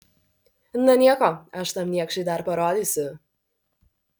na nieko aš tam niekšui dar parodysiu